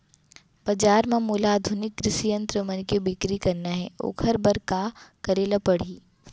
बजार म मोला आधुनिक कृषि यंत्र मन के बिक्री करना हे ओखर बर का करे ल पड़ही?